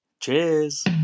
Cheers